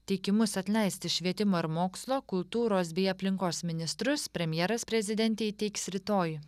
teikimus atleisti švietimo ir mokslo kultūros bei aplinkos ministrus premjeras prezidentei įteiks rytoj